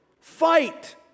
Fight